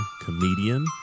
comedian